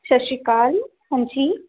ਸਤਿ ਸ਼੍ਰੀ ਅਕਾਲ ਹਾਂਜੀ